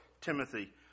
Timothy